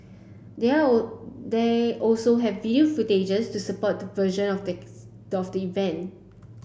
they they also have video footage to support their version of events